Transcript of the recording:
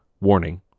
warning